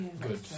Good